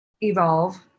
evolve